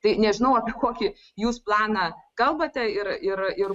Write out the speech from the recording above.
tai nežinau kokį jūs planą kalbate ir ir ir